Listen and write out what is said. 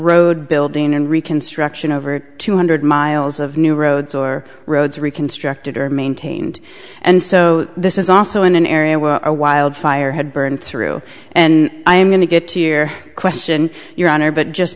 road building and reconstruction over two hundred miles of new roads or roads reconstructed or maintained and so this is also an area where a wild fire had burned through and i am going to get to year question your honor but just